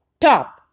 Top